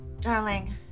Darling